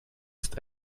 ist